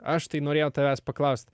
aš tai norėjau tavęs paklaust